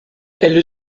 elle